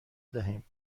دهیم